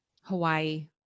Hawaii